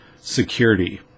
security